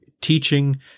teaching